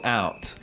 out